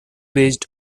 based